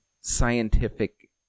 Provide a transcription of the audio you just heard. scientific